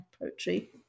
Poetry